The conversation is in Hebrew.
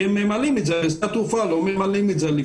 הם ממלאים את זה בשדה תעופה, לא לפני.